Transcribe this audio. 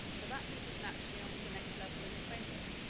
but that leads us naturally on to the next level in the framework.